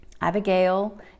Abigail